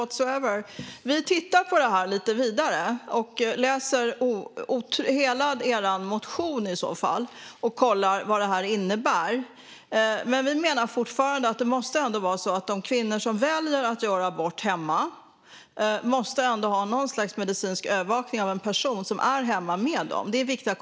Vi kommer att titta vidare på det här och läsa hela er motion för att kolla vad det innebär. Men vi menar fortfarande att de kvinnor som väljer att göra abort hemma måste ha något slags medicinsk övervakning från en person som är hemma med dem. Det är viktigt.